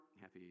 Happy